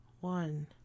one